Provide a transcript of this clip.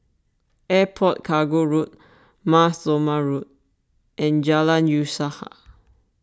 Airport Cargo Road Mar Thoma Road and Jalan Usaha